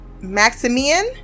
Maximian